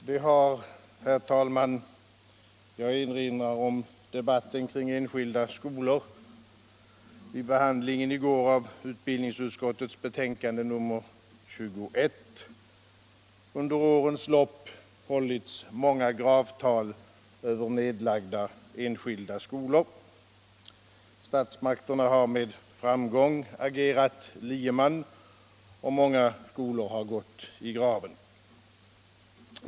Herr talman! Det har — jag erinrar om debatten kring enskilda skolor vid behandlingen i går av utbildningsutskottets betänkande nr 21 — under årens lopp hållits många gravtal över nedlagda enskilda skolor. Statsmakterna har med framgång agerat lieman, och många skolor har gått i graven.